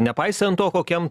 nepaisant to kokiam